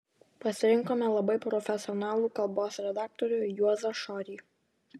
pasirinkome labai profesionalų kalbos redaktorių juozą šorį